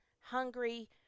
hungry